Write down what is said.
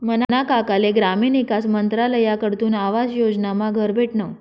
मना काकाले ग्रामीण ईकास मंत्रालयकडथून आवास योजनामा घर भेटनं